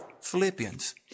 Philippians